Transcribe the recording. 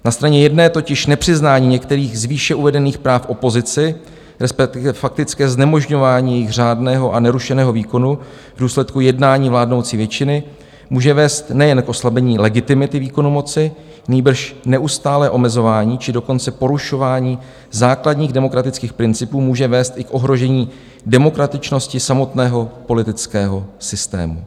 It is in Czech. Na straně jedné totiž nepřiznání některých z výše uvedených práv opozici, resp. faktické znemožňování jejich řádného a nerušeného výkonu v důsledku jednání vládnoucí většiny, může vést nejen k oslabení legitimity výkonu moci, nýbrž neustálé omezování, či dokonce porušování základních demokratických principů může vést i k ohrožení demokratičnosti samotného politického systému.